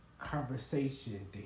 conversation